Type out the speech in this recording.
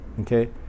Okay